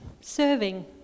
Serving